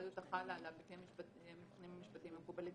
האחריות שחלה עליו לפי המבחנים המשפטיים המקובלים,